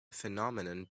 phenomenon